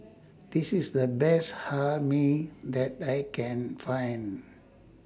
This IS The Best Hae Mee that I Can Find